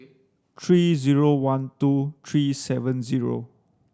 three zero one two three seven zero